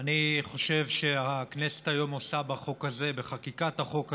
אני חושב שהכנסת היום, בחקיקת החוק הזה,